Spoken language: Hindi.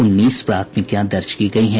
उन्नीस प्राथमिकियां दर्ज की गयी हैं